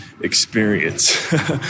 experience